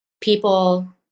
people